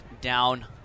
down